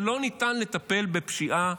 ולא ניתן לטפל בפשיעה